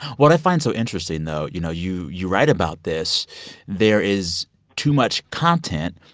what i find so interesting, though you know, you you write about this there is too much content,